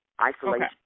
Isolation